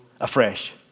afresh